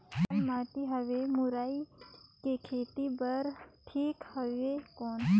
लाल माटी हवे मुरई के खेती बार ठीक हवे कौन?